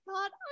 God